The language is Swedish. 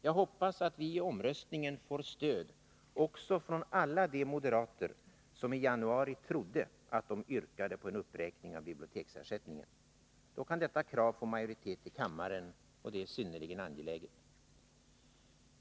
Jag hoppas att vi i omröstningen får stöd också från alla de moderater som i januari trodde att de yrkade på en uppräkning av biblioteksersättningen. Då kan detta krav få majoritet i kammaren, och det är synnerligen angeläget.